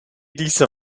dieser